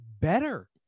better